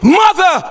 mother